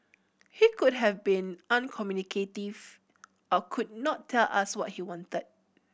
he could have been uncommunicative or could not tell us what he wanted